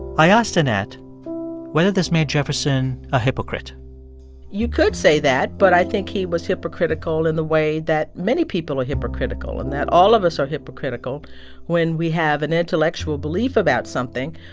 i asked annette whether this made jefferson a hypocrite you could say that, but i think he was hypocritical in the way that many people are hypocritical, in that all of us are hypocritical when we have an intellectual belief about something,